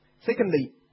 Secondly